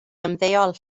ymddeol